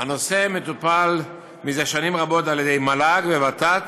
הנושא מטופל מזה שנים רבות על-ידי מל"ג וות"ת